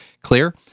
clear